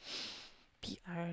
P_Rs